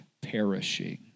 perishing